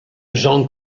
jean